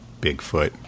Bigfoot